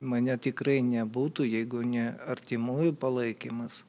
mane tikrai nebūtų jeigu ne artimųjų palaikymas